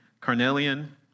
Carnelian